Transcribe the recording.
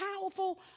powerful